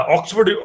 Oxford